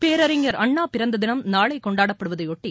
பேரறிஞர் அண்ணா பிறந்ததினம் நாளை கொண்டாடப்படுவதையொட்டி